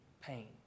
pain